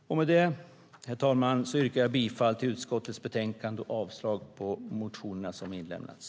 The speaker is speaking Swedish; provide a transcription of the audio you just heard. Med det, herr talman, yrkar jag bifall till förslaget i utskottets betänkande och avslag på de motioner som inlämnats.